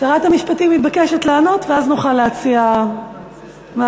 שרת המשפטים מתבקשת לענות ואז נוכל להציע מעבר,